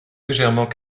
légèrement